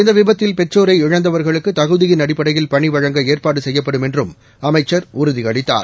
இந்த விபத்தில் பெற்றோரை இழந்தவர்களுக்கு தகுதியின் அடிப்படையில் பணி வழங்க ஏற்பாடு செய்யப்படும் என்றும் அமைச்சர் உறுதியளித்தார்